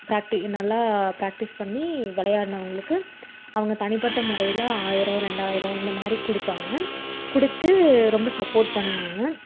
ப்ராக்டி நல்லா ப்ராக்டிஸ் பண்ணி விளையாடுனவுங்களுக்கு அவங்க தனிப்பட்ட முறையில் ஆயிரம் ரெண்டாயிரம் இந்த மாதிரி கொடுப்பாங்க கொடுத்து ரொம்ப சப்போர்ட் பண்ணுவாங்க